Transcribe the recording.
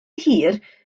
hir